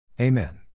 Amen